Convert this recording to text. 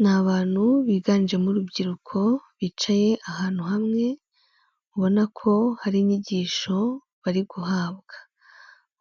Ni abantu biganjemo urubyiruko bicaye ahantu hamwe, ubona ko hari inyigisho bari guhabwa.